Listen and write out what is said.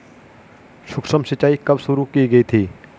सूक्ष्म सिंचाई कब शुरू की गई थी?